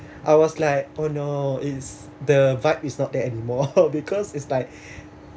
I was like oh no is the vibe is not there anymore because it's like